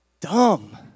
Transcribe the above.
dumb